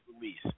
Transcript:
release